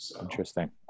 Interesting